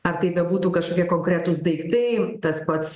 ar tai bebūtų kažkokie konkretūs daiktai tas pats